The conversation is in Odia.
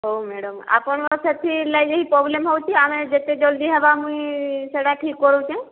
ହେଉ ମ୍ୟାଡ଼ମ ଆପଣଙ୍କ ସେଥିର୍ ଲାଗି ପ୍ରୋବ୍ଲେମ୍ ହେଉଛି ଆମେ ଯେତେ ଜଲ୍ଦି ହେବା ମୁଇଁ ସେହିଟା ଠିକ କରୁଛେଁ